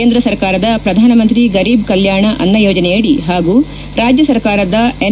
ಕೇಂದ್ರ ಸರ್ಕಾರದ ಪ್ರಧಾನಮಂತ್ರಿ ಗರೀಬ್ ಕಲ್ಕಾಣ ಅನ್ನ ಯೋಜನೆಯಡಿ ಹಾಗೂ ರಾಜ್ಯ ಸರ್ಕಾರದ ಎನ್